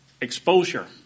exposure